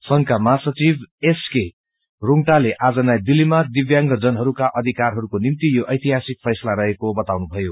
संघका महासचिव सके रूग्टाले आज नयाँ दिललीमा दिव्यांगहरूका अधिकरहरूको निम्ति यो ऐतिहासकि फैसला रहेको बताउनुभयो